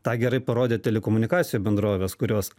tą gerai parodė telekomunikacijų bendrovės kurios